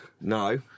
No